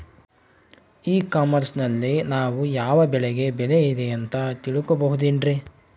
E commerce ನಲ್ಲಿ ನಾವು ಯಾವ ಬೆಳೆಗೆ ಬೆಲೆ ಇದೆ ಅಂತ ತಿಳ್ಕೋ ಬಹುದೇನ್ರಿ?